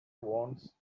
owns